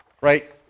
Right